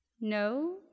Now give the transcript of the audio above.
No